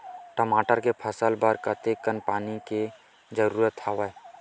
टमाटर के फसल बर कतेकन पानी के जरूरत हवय?